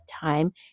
time